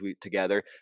together